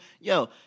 Yo